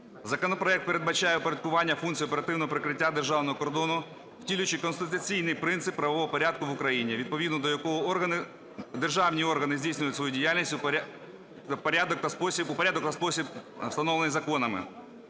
Законопроект передбачає упорядкування функцій оперативного прикриття державного кордону, втілюючи конституційний принцип правового порядку в Україні, відповідно до якого органи… державні органи здійснюють свою діяльність у порядок та спосіб, встановлений законами.